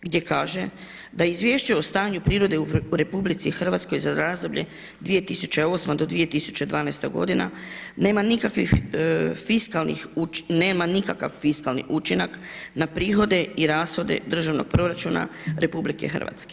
Gdje kaže da Izvješće o stanju prirode u RH za razdoblje 2008. do 2012. godina nema nikakvih fiskalnih, nema nikakav fiskalni učinak na prihode i rashode državnog proračuna RH.